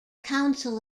council